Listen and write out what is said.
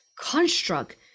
construct